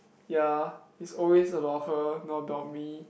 ya is always about her not about me